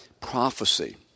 prophecy